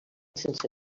sense